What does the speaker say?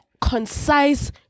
concise